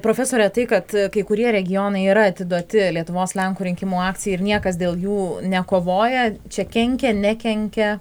profesore tai kad kai kurie regionai yra atiduoti lietuvos lenkų rinkimų akcijai ir niekas dėl jų nekovoja čia kenkia nekenkia